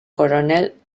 coronel